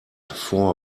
four